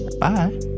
Bye